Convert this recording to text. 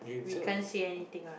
we can't say anything ah